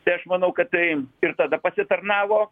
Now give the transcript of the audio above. tai aš manau kad tai ir tada pasitarnavo